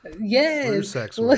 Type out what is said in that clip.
yes